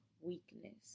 weakness